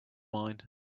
mine